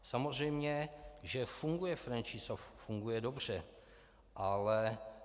Samozřejmě, že funguje franšíz off, funguje dobře, ale...